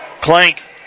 Clank